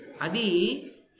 Adi